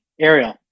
Ariel